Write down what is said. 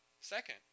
Second